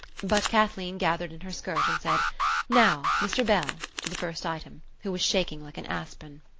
but kathleen gathered in her skirt and said now, mr. bell, to the first item, who was shaking like an aspen.